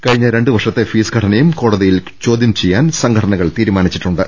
കഴിഞ്ഞ രണ്ടുവർഷത്തെ ഫീസ് ഘടനയും കോടതിയിൽ ചോദ്യം ചെയ്യാൻ സംഘടനകൾ തീരുമാനി ച്ചിട്ടുണ്ട്